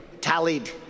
tallied